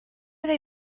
they